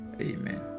amen